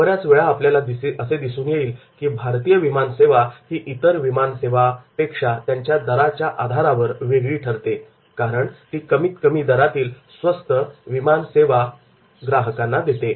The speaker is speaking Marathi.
बऱ्याचवेळा आपल्याला असे दिसून येईल की भारतीय विमान सेवा ही इतर विमान सेवापेक्षा त्यांच्या दराच्या आधारावर वेगळी ठरते कारण ती कमी दरातील स्वस्त विमान सेवा उद्योग आहे